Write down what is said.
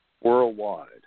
Worldwide